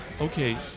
okay